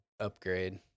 upgrade